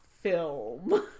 Film